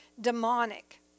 Demonic